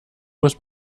muss